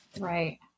Right